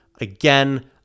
again